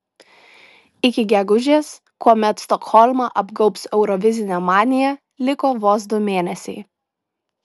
iki gegužės kuomet stokholmą apgaubs eurovizinė manija liko vos du mėnesiai